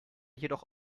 jedoch